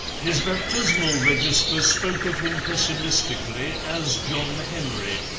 his baptismal register spoke of him pessimistically as john henry,